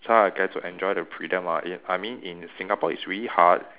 so I get to enjoy the freedom of it I mean in Singapore it's really hard